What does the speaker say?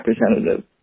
representative